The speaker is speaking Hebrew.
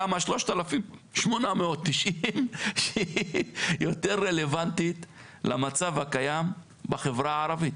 תמ"א 3,890 שיותר רלוונטי למצב הקיים בחברה הערבית.